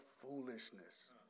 foolishness